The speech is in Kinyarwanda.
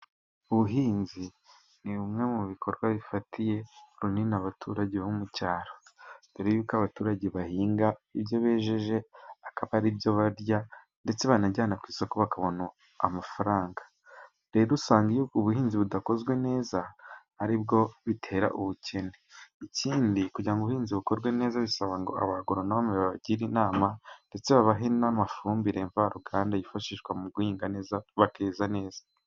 Ubuhinzi ni bimwe mu bikorwa bifatiye runini abaturage bo mu cyaro, dore y'uko abaturage bahinga ibyo bejeje akaba ari byo barya ndetse banajyana ku isoko bakabona amafaranga. Rero usanga iyo ubuhinzi budakozwe neza ari bwo bitera ubukene, ikindi kugira ngo ubuhinzi bukorwe neza bisaba ngo abagoronome babagire inama ndetse babahe n'amafumbire mvaruganda, yifashishwa mu guhinga neza bakeza neza.